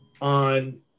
on